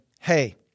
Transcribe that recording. hey